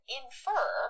infer